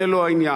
זה לא העניין.